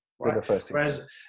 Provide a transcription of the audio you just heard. whereas